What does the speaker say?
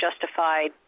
justified